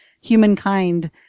humankind